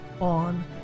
on